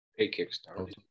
PayKickstart